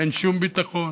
אין שום ביטחון,